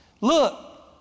Look